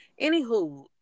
anywho